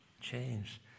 Change